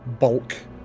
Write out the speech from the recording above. bulk